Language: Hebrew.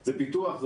זה פיתוח ,